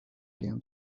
again